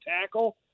tackle